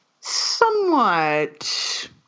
somewhat